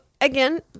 again